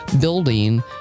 building